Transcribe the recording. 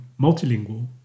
multilingual